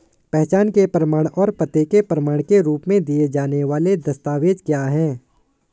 पहचान के प्रमाण और पते के प्रमाण के रूप में दिए जाने वाले दस्तावेज क्या हैं?